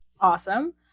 Awesome